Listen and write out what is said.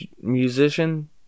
musician